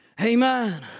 Amen